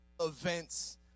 events